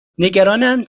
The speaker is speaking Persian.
نگرانند